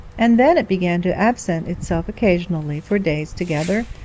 and then it began to absent itself occasionally for days together,